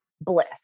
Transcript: bliss